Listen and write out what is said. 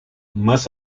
más